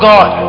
God